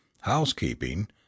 housekeeping